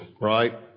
Right